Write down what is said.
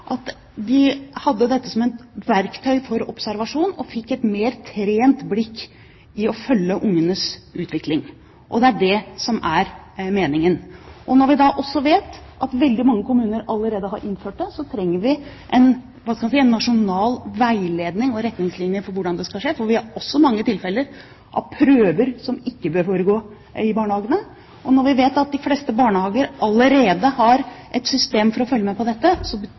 hvor de sa at de hadde dette som et verktøy for observasjon, og at de fikk et mer trent blikk for å følge barnas utvikling. Det er det som er meningen. Når vi da også vet at veldig mange kommuner allerede har innført det, trenger vi en nasjonal veiledning og retningslinjer for hvordan det skal skje, for vi har også mange tilfeller av prøver som ikke bør foregå i barnehagene. Når vi vet at de fleste barnehager allerede har et system for å følge med på dette,